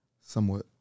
Somewhat